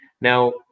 now